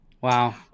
Wow